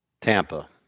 Tampa